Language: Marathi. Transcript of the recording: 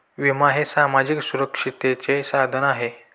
विमा हे सामाजिक सुरक्षिततेचे साधन आहे